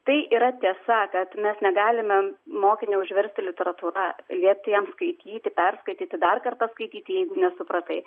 tai yra tiesa kad mes negalime mokinio užversti literatūra liepti jam skaityti perskaityti dar kartą skaityti jeigu nesupratai